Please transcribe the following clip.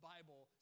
Bible